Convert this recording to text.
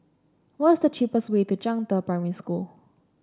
what is the cheapest way to Zhangde Primary School